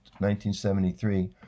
1973